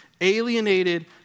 alienated